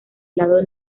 lado